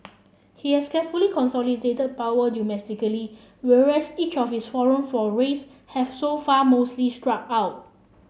he has carefully consolidated power domestically whereas each of his foreign forays have so far mostly struck out